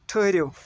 ٹھٕرِو